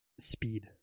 speed